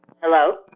Hello